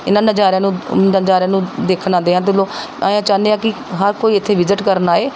ਇਹਨਾਂ ਨਜ਼ਾਰਿਆਂ ਨੂੰ ਨਜ਼ਾਰਿਆਂ ਨੂੰ ਦੇਖਣ ਆਉਂਦੇ ਹਨ ਅਤੇ ਚਾਹੁੰਦੇ ਹਾਂ ਕਿ ਹਰ ਕੋਈ ਇੱਥੇ ਵਿਜਿਟ ਕਰਨ ਆਵੇ